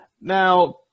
Now